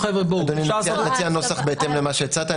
אדוני, נציע נוסח בהתאם למה שהצעת.